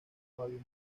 fabio